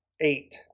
eight